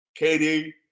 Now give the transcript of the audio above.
KD